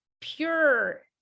pure